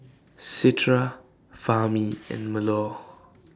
Citra Fahmi and Melur